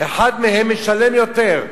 אחד מהם משלם יותר.